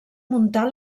muntar